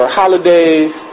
holidays